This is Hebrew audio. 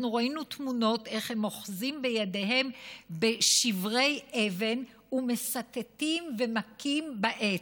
אנחנו ראינו תמונות איך הם אוחזים בידיהם בשברי אבן ומסתתים ומכים בעץ.